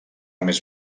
més